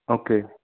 okay